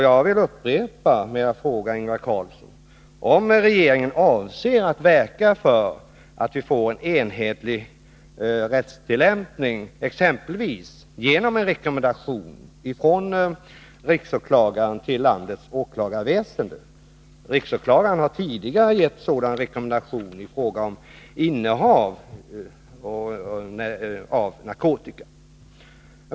Jag vill nu till Ingvar Carlsson upprepa min fråga om regeringen, exempelvis genom en rekommendation från riksåklagaren till landets åklagarväsende, avser att verka för att vi får en enhetlig rättstillämpning. Riksåklagaren har tidigare gett sådan rekommendation i fråga om innehav av narkotika.